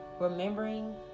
Remembering